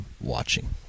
watching